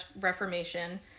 reformation